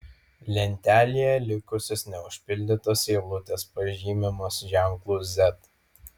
lentelėje likusios neužpildytos eilutės pažymimos ženklu z